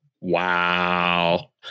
Wow